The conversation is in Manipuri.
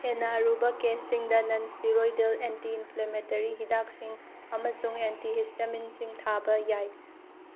ꯍꯦꯟꯅ ꯑꯔꯨꯕ ꯀꯦꯁꯁꯤꯡꯗ ꯅꯟ ꯁ꯭ꯇꯦꯔꯣꯏꯗꯦꯜ ꯑꯦꯟꯇꯤ ꯏꯟꯐ꯭ꯂꯦꯃꯦꯇꯔꯤ ꯍꯤꯗꯥꯛꯁꯤꯡ ꯑꯃꯁꯨꯡ ꯑꯦꯟꯇꯤ ꯍꯤꯁꯇꯥꯃꯤꯟꯁꯤꯡ ꯊꯥꯕ ꯌꯥꯏ